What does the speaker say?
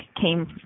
came